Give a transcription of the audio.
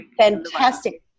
fantastic